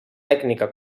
tècnica